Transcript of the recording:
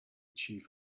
chief